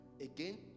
again